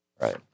Right